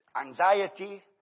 anxiety